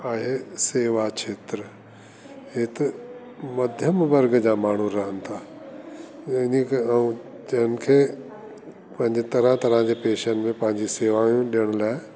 ऐं सेवा क्षेत्र हे त मध्यम वर्ग जा माण्हू रहनि ता इन के अऊं तेन खे पांजे तरह तरह जे पैशन में पांजी सेवायूं ॾेअण लाइ